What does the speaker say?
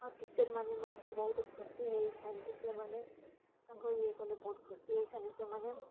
ଆଉ ଟିଚର୍ମାନେ ମଧ୍ୟ ବହୁତ ଖୁସି ହେଇଥାନ୍ତି ସେମାନେ ତାଙ୍କୁ ଇଏ କଲେ ବହୁତ ଖୁସି ହେଇଥାନ୍ତି ସେମାନେ